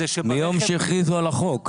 מיום שהכריזו על החוק.